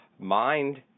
Mind